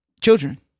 children